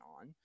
on